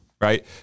right